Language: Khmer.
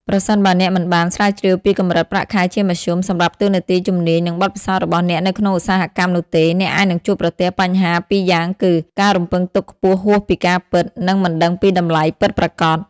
ប្រសិនបើអ្នកមិនបាន ស្រាវជ្រាវពីកម្រិតប្រាក់ខែជាមធ្យម សម្រាប់តួនាទី ជំនាញ និងបទពិសោធន៍របស់អ្នកនៅក្នុងឧស្សាហកម្មនោះទេ អ្នកអាចនឹងជួបប្រទះបញ្ហាពីរយ៉ាងគឺ ការរំពឹងទុកខ្ពស់ហួសពីការពិត និងមិនដឹងពីតម្លៃពិតប្រាកដ។